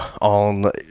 on